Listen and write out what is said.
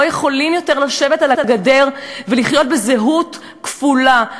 יכולים יותר לשבת על הגדר ולחיות בזהות כפולה,